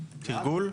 תרגול?